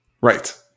Right